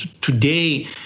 today